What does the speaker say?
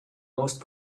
most